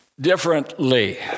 differently